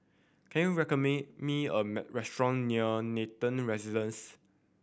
can you me a restaurant near Nathan Residences